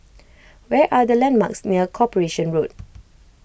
where are the landmarks near Corporation Road